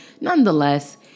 nonetheless